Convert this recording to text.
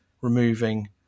removing